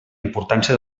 importància